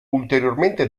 ulteriormente